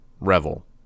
Revel